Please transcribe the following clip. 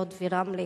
לוד ורמלה,